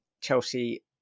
Chelsea